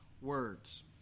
Words